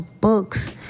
books